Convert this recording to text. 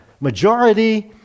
majority